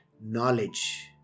knowledge